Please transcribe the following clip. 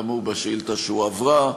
כאמור בשאילתה שהועברה.